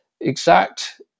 exact